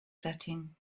setting